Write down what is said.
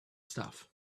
stuff